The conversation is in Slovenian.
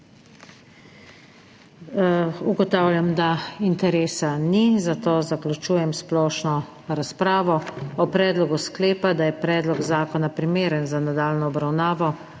Ugotavljam, da interesa ni, zato zaključujem splošno razpravo. O predlogu sklepa, da je predlog zakona primeren za nadaljnjo obravnavo,